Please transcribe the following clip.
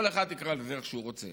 כל אחד יקרא לזה איך שהוא רוצה,